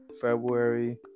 February